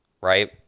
right